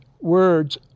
words